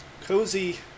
cozy